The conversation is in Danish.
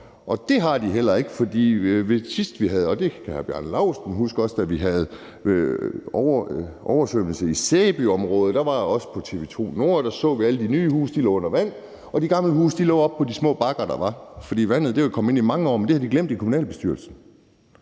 Og det har de heller ikke gjort, for sidst vi havde oversvømmelse i Sæbyområdet – det kan hr. Bjarne Laustsen også huske, og det var også på TV 2/Nord – lå alle de nye huse under vand, og de gamle huse lå oppe på de små bakker, der var. For vandet er kommet ind i mange år, men det havde de glemt i kommunalbestyrelsen.